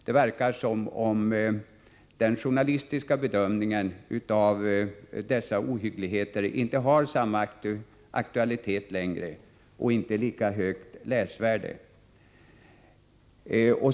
Det verkar som om den journalistiska bedömningen av dessa ohyggligheter inte längre har samma aktualitet och läsvärde.